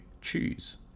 choose